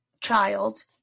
child